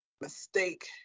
mistake